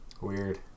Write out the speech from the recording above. Weird